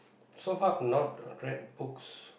so far I've not read books